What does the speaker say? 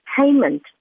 payment